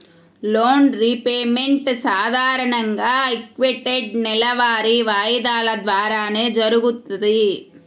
loan repayment సాధారణంగా equated నెలవారీ వాయిదాల ద్వారానే జరుగుతది